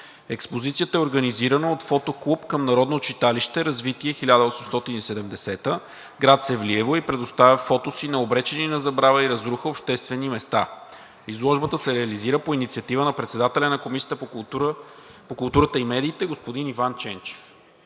Експозицията е организирана от фотоклуб към Народно читалище „Развитие 1870“ – град Севлиево, и предоставя фотоси на обречени на забрава и разруха обществени места. Изложбата се реализира по инициатива на председателя на Комисията по културата и медиите господин Иван Ченчев.